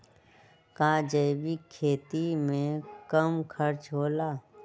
का जैविक खेती में कम खर्च होला?